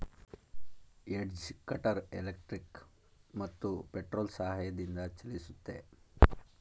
edge cutter electric ಮತ್ತು petrol ಸಹಾಯದಿಂದ ಚಲಿಸುತ್ತೆ